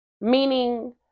meaning